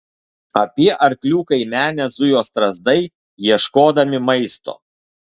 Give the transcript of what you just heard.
apie arklių kaimenę zujo strazdai ieškodami maisto